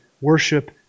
worship